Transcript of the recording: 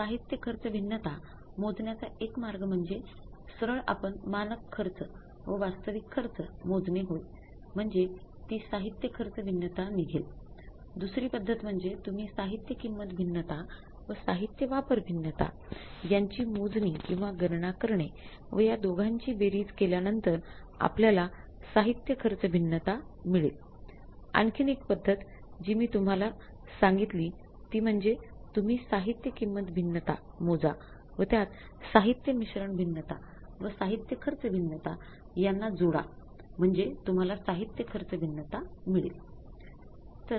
साहित्य खर्च भिन्नता मिळेल